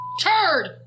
turd